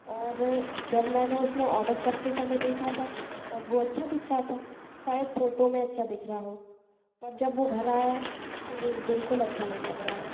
और जब मैंने उसमें ऑर्डर करते समय देखा था तब वह अच्छा दिख रहा था शायद फ़ोटो में अच्छा दिख रहा हो पर जब वह घर आया तो वह बिल्कुल अच्छा नहीं लग रहा है